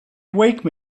wake